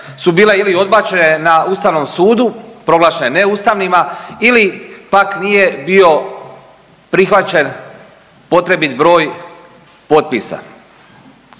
su bile ili odbačene na Ustavnom sudu proglašene neustavnima ili pak nije bio prihvaćen potrebit broj potpisa.